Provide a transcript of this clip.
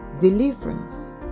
deliverance